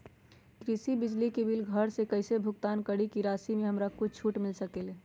कृषि बिजली के बिल घर से कईसे भुगतान करी की राशि मे हमरा कुछ छूट मिल सकेले?